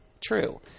true